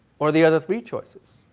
or the other three choices?